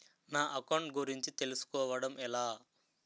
నా అకౌంట్ గురించి తెలుసు కోవడం ఎలా?